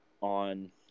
on